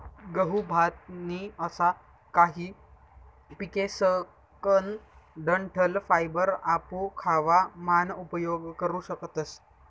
गहू, भात नी असा काही पिकेसकन डंठल फायबर आपू खावा मान उपयोग करू शकतस